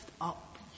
up